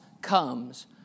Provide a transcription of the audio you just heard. comes